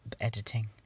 editing